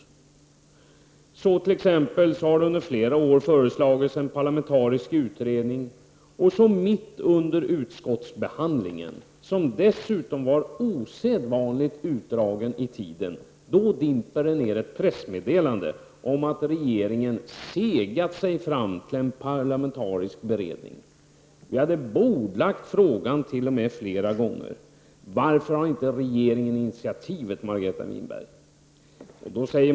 Det har t.ex. under flera år föreslagits en parlamentarisk utredning, och mitt under utskottsbehandlingen — som dessutom var osedvanligt utdragen i tiden — dimper det ned ett pressmeddelande om att regeringen segat sig fram till en parlamentarisk beredning. Vi hade t.o.m. bordlagt frågan flera gånger. Varför tar inte regeringen initiativet, Margareta Winberg?